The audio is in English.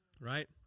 right